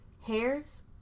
hairs